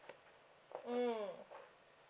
mm